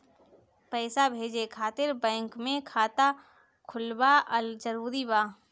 पईसा भेजे खातिर बैंक मे खाता खुलवाअल जरूरी बा?